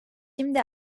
şimdi